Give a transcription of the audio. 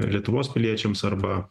lietuvos piliečiams arba